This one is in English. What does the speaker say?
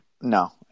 No